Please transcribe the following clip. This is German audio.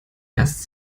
erst